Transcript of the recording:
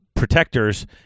Protectors